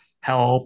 help